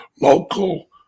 Local